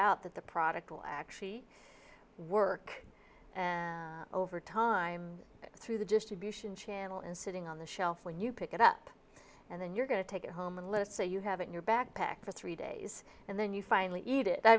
out that the product will actually work over time through the distribution channel is sitting on the shelf when you pick it up and then you're going to take it home and let's say you have it in your backpack for three days and then you finally eat it i